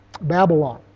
Babylon